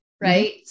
right